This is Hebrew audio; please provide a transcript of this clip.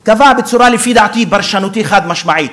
קבע, לפי דעתי, פרשנותי, בצורה חד-משמעית,